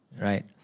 Right